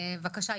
בבקשה,